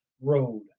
Road